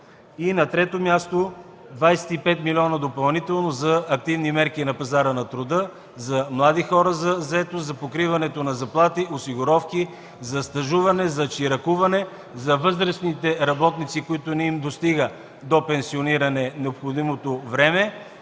На трето място, 25 милиона допълнително за активни мерки на пазара на труда за млади хора за заетост, за покриването на заплати, осигуровки, за стажуване, за чиракуване, за възрастните работници, които не им достига до пенсиониране необходимото време,